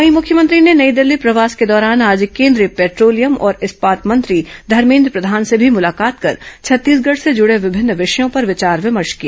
वहीं मुख्यमंत्री ने नई दिल्ली प्रवास के दौरान आज केंद्रीय पेट्रोलियम और इस्पात मंत्री धर्मेन्द्र प्रधान से भी मुलाकात कर छत्तीसगढ़ से जुड़े विभिन्न विषयों पर विचार विमर्श किया